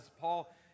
Paul